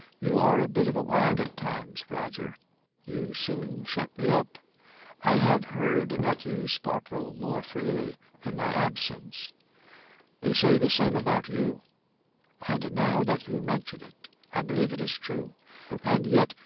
you are a bit of a wag at times, roger you soon shut me up i have heard that you sparkle more freely in my absence they say the same about you and now that you mention it, i believe it is true and yet,